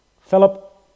Philip